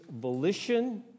volition